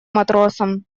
матросом